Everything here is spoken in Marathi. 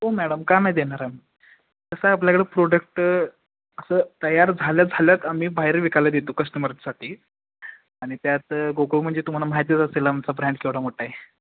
हो मॅडम का नाही देणार आम्ही तसं आपल्याकडं प्रोडक्ट असं तयार झाल्याझाल्याच आम्ही बाहेर विकायला देतो कस्टमरसाठी आणि त्यात गोकुळ म्हणजे तुम्हाला माहितीच असेल आमचा ब्रँड केवढा मोठा आहे